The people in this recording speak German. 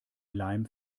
leim